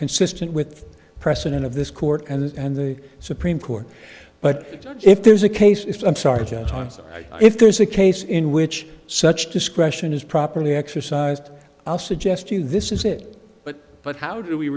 consistent with precedent of this court and the supreme court but if there's a case if i'm sorry johnson if there is a case in which such discretion is properly exercised i'll suggest to you this is it but but how do we